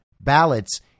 ballots